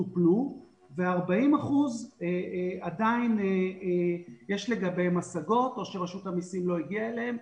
טופלו ו40% עדיין יש לגביהן השגות או שרשות המסים לא הגיעה אליהן.